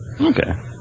Okay